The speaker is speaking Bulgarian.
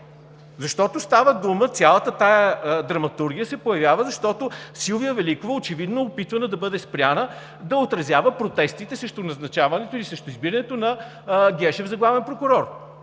защото става дума, че цялата тази драматургия се появява, защото Силвия Великова очевидно е опитвано да бъде спряна да отразява протестите срещу назначаването и срещу избирането на Гешев за главен прокурор.